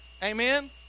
Amen